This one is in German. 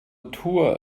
tour